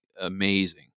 amazing